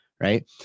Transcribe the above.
Right